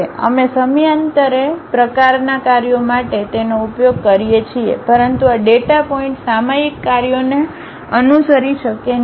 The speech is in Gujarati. અમે સમયાંતરે પ્રકારના કાર્યો માટે તેનો ઉપયોગ કરીએ છીએ પરંતુ આ ડેટા પોઇન્ટ સામયિક કાર્યોને અનુસરી શકે નહીં